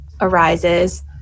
arises